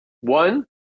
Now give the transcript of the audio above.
One